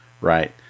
right